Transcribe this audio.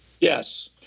Yes